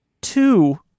two